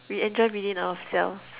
we enjoy within ourselves